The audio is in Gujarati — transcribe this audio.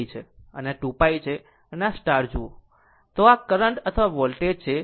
આમ જો તે જુઓ કે તે આ કરંટ અથવા વોલ્ટેજ છે